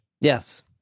Yes